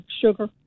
sugar